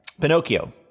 Pinocchio